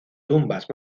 tumbas